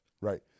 Right